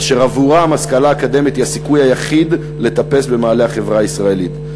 אשר עבורם השכלה אקדמית היא הסיכוי היחיד לטפס במעלה החברה הישראלית.